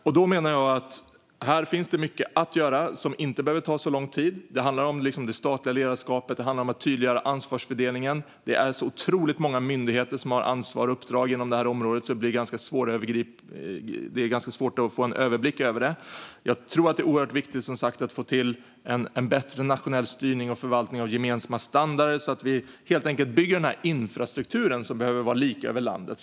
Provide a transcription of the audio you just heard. Jag menar att det finns mycket att göra här som inte behöver ta så lång tid. Det handlar om det statliga ledarskapet och om att tydliggöra ansvarsfördelningen. Det är otroligt många myndigheter som har ansvar och uppdrag inom detta område, så det är ganska svårt att få en överblick över det. Jag tror som sagt att det är oerhört viktigt att få till en bättre nationell styrning och förvaltning av gemensamma standarder så att vi kan bygga upp den infrastruktur som behöver vara lika över landet.